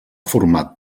format